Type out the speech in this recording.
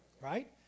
Right